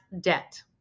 debt